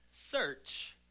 search